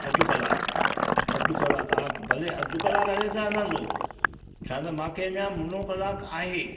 अधु कलाकु अधु कलाकु हा भले अधु कलाकु हले त हलंदो छा त मांखे अञा मुनो कलाकु आहे